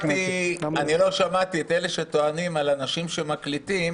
אני לא שמעתי את אלה שטוענים על אנשים שמקליטים,